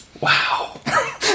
Wow